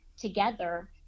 together